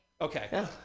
Okay